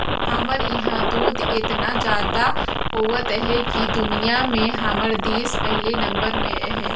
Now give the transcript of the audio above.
हमर इहां दूद एतना जादा होवत अहे कि दुनिया में हमर देस पहिले नंबर में अहे